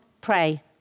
pray